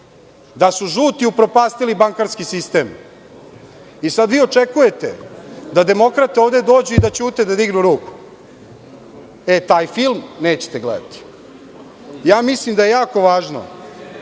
da su žuti upropastili bankarski sistem i sada vi očekujete da demokrate dođu i ćute i da dignu ruku. Taj film nećete gledati. Mislim da je jako važno